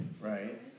Right